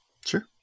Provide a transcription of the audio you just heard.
Sure